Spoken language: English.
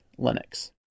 Linux